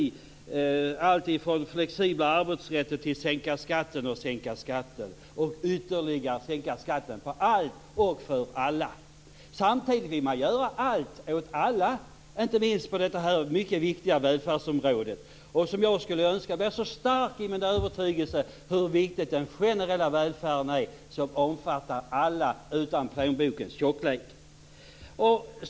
Det gällde allt från flexibla arbetsrätter till att man skulle sänka skatten och sänka skatten och ytterligare sänka skatten på allt och för alla. Samtidigt vill man göra allt åt alla, inte minst på det mycket viktiga välfärdsområdet. Jag är stark i min övertygelse när det gäller hur viktig den generella välfärden är som omfattar alla utan hänsyn till plånbokens tjocklek.